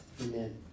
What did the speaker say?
Amen